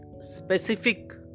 specific